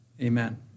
Amen